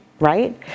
right